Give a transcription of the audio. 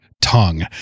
tongue